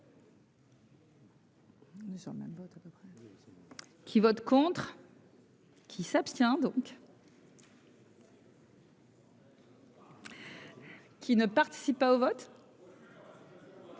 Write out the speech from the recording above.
Qui vote contre. Qui s'abstient donc. Mais. Qui ne participent pas au vote.